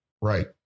Right